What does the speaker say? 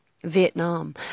vietnam